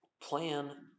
plan